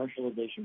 commercialization